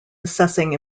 assessing